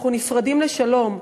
אנחנו נפרדים לשלום.